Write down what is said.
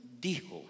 dijo